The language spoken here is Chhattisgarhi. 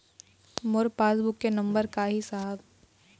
मोर पास बुक के नंबर का ही साहब?